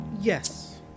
Yes